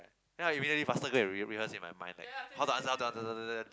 then I immediately faster go and rehearse rehearse in my mind leh how to answer how to answer da da da da da